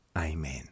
Amen